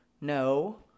No